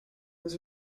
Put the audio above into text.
was